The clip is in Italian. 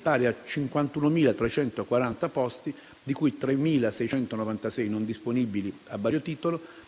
pari a 51.340 posti, di cui 3.696 non disponibili a vario titolo,